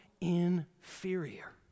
inferior